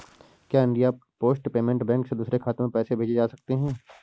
क्या India post payment bank से दूसरे खाते में पैसे भेजे जा सकते हैं?